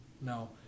No